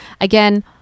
Again